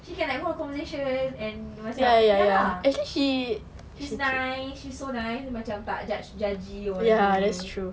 she can like hold a conversation and dia macam ya lah she's nice she's so nice macam tak judge judge judgy or whatever